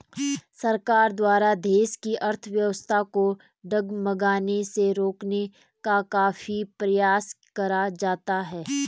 सरकार द्वारा देश की अर्थव्यवस्था को डगमगाने से रोकने का काफी प्रयास करा जाता है